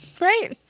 right